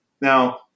Now